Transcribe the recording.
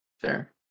Fair